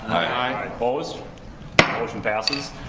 i. opposed? the motion passes.